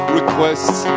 requests